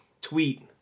tweet